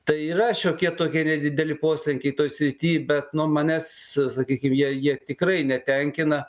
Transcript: tai yra šiokie tokie nedideli poslinkiai toj srity bet nu manęs sakykim jie jie tikrai netenkina